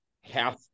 half